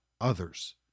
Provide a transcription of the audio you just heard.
others